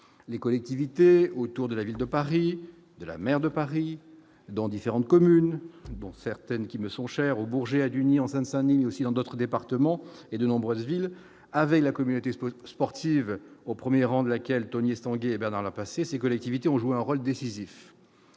les collectivités autour de la ville de Paris, de la maire de Paris, dans différentes communes dont certaines qui me sont chers au Bourget l'ni en Seine-Saint-Denis mais aussi dans d'autres départements et de nombreuses villes avec la communauté spot sportives au 1er rang de laquelle Tony Estanguet et Bernard Lapasset, ces collectivités ont joué un rôle décisif,